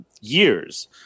years